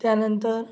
त्यानंतर